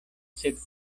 sed